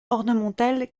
ornemental